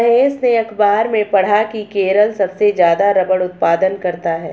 महेश ने अखबार में पढ़ा की केरल सबसे ज्यादा रबड़ उत्पादन करता है